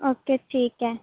okay ਠੀਕ ਹੈ